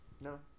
No